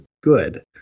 good